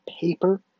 paper